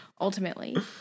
ultimately